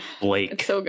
Blake